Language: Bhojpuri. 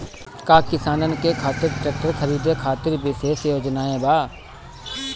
का किसानन के खातिर ट्रैक्टर खरीदे खातिर विशेष योजनाएं बा?